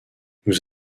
nous